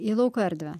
į lauko erdvę